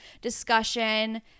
discussion